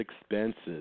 expenses